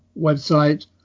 website